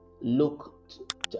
look